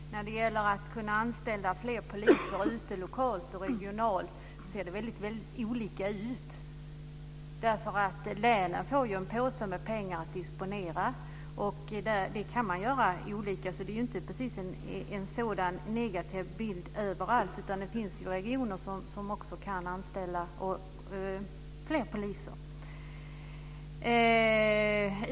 Fru talman! När det gäller att kunna anställa fler poliser lokalt och regionalt ser det väldigt olika ut. Länen får en påse pengar att disponera, och där kan man göra olika. Så det är inte precis en så negativ bild överallt, utan det finns regioner som också kan anställa fler poliser.